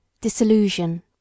Disillusion